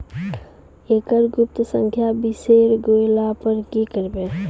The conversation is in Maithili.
एकरऽ गुप्त संख्या बिसैर गेला पर की करवै?